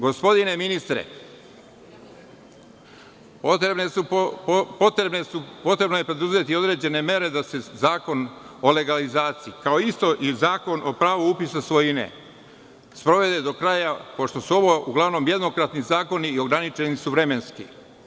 Gospodine ministre, potrebno je preduzeti određene mere da se Zakon o legalizaciji, kao i Zakon o pravu upisa svojine, sprovede do kraja, pošto su ovo uglavnomjednokratni zakoni i ograničeni su vremenski.